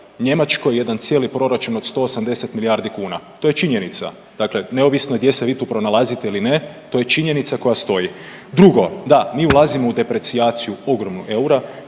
Njemačkoj jedan cijeli proračun od 180 milijardi kuna, to je činjenica, dakle neovisno gdje se vi tu pronalazite ili ne, to je činjenica koja stoji. Drugo, da mi ulazimo u deprecijaciju ogromnu eura,